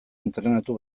entrenatu